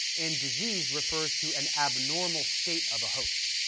and disease refers to an abnormal state of a host.